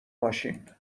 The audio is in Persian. ماشین